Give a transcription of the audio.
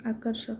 आकर्षक